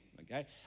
okay